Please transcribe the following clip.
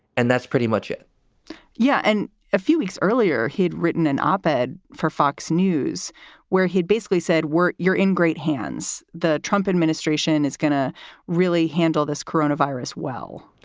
and that's pretty much it yeah. and a few weeks earlier, he'd written an op ed for fox news where he'd basically said, we're you're in great hands. the trump administration is going to really handle this corona virus well,